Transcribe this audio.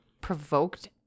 provoked